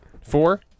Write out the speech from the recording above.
Four